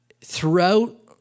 throughout